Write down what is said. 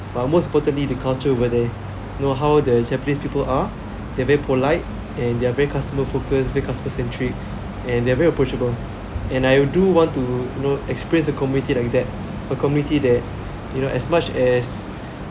but most importantly the culture over there you know how the japanese people are they are very polite and they're very customer focus very customer centric and they are very approachable and I do want to you know experience a community like that a community that you know as much as